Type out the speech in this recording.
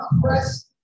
press